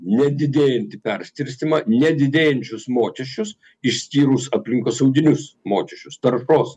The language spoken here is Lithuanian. nedidėjantį perskirstymą nedidėjančius mokesčius išskyrus aplinkosauginius mokesčius taršos